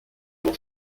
m’en